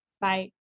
Bye